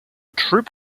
troop